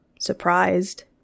surprised